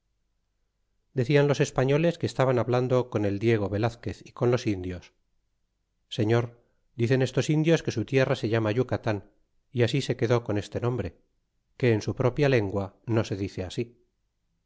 decian los españoles que estaban hablando con el diego velazquez y con los indios señor dicen estos indios que su tierra se llama yucatan y así se quedó con este nombre que en su propia lengua no se dice así